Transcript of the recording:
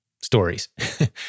stories